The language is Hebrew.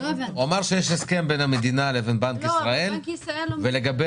הוא אמר שיש הסכם בין המדינה לבין בנק ישראל ולגבי